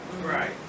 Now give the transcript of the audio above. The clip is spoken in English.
Right